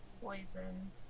poison